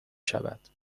شود